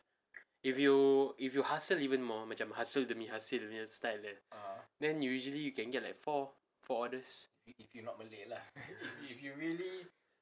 if you if you hustle even more macam hustle demi hustle jer is like that then usually you can get like four four orders